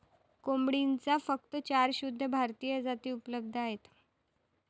कोंबडीच्या फक्त चार शुद्ध भारतीय जाती उपलब्ध आहेत